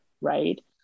right